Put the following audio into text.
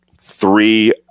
three